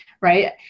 right